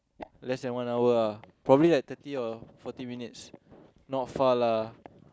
less than one hour ah probably like thirty or forty minutes not far lah